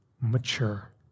mature